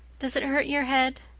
does it hurt your head?